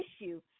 issue